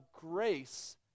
grace